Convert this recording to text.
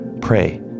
Pray